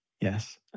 Yes